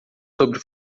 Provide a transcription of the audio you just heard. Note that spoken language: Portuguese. sobre